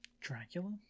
Dracula